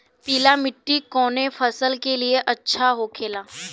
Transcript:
पीला मिट्टी कोने फसल के लिए अच्छा होखे ला?